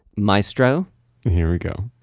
maestro here we go